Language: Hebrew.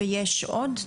ויש עוד?